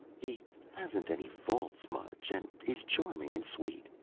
he hasn't any faults much, and is charming and sweet,